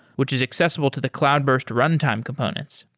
which is accessible to the cloudburst runtime components.